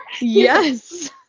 Yes